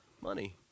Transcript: money